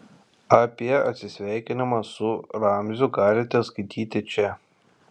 apie atsisveikinimą su ramziu galite skaityti čia